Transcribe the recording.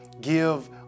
give